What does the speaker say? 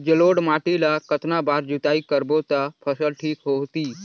जलोढ़ माटी ला कतना बार जुताई करबो ता फसल ठीक होती?